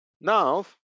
now